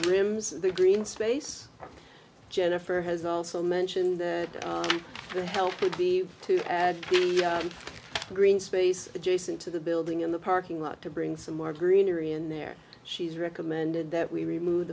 rim's the green space jennifer has also mentioned the help would be to add the green space adjacent to the building in the parking lot to bring some more greenery in there she's recommended that we remove